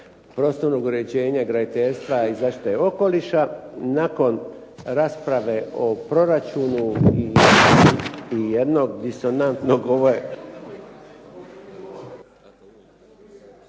prostornog uređenja i graditeljstva i zaštite okoliša nakon rasprave o proračunu i jednoj disonantnog …